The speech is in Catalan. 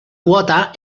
quota